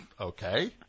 okay